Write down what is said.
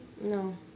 no